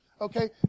okay